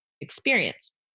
experience